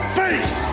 face